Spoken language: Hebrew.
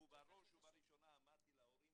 ובראש ובראשונה אמרתי להורים,